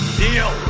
deal